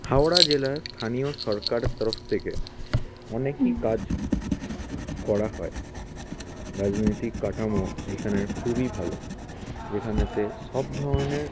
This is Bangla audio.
হাওড়া জেলার স্থানীয় সরকারের তরফ থেকে অনেকই কাজ করা হয় রাজনৈতিক কাঠামো এখানের খুবই ভালো এখানে সব ধরনের